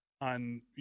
on